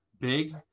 big